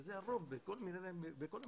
וזה הרוב בכל המדינות.